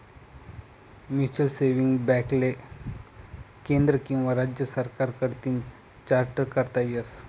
mutual saving बॅकले केंद्र किंवा राज्य सरकार कडतीन चार्टट करता येस